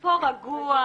זה ברור.